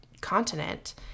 continent